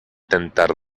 tentar